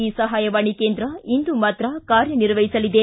ಈ ಸಹಾಯವಾಣಿ ಕೇಂದ್ರ ಇಂದು ಮಾತ್ರ ಕಾರ್ಯನಿರ್ವಹಿಸಲಿದೆ